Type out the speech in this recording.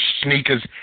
sneakers